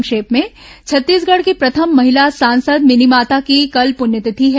संक्षिप्त समाचार छत्तीसगढ़ की प्रथम महिला सांसद मिनीमाता की कल पुण्यतिथि है